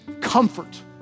comfort